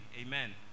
Amen